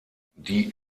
die